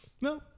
No